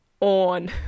on